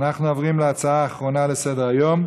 אנחנו עוברים להצעה אחרונה לסדר-היום,